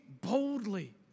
boldly